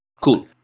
Cool